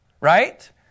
right